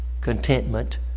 contentment